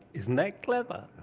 isn't that clever!